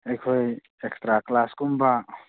ꯑꯩꯈꯣꯏ ꯑꯦꯛꯁꯇ꯭ꯔꯥ ꯀ꯭ꯂꯥꯁꯀꯨꯝꯕ